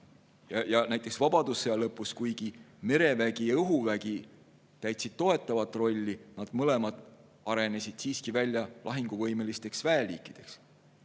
Näiteks vabadussõja lõpus, kuigi merevägi ja õhuvägi olid täitnud toetavat rolli, nad mõlemad arenesid siiski välja lahinguvõimelisteks väeliikideks.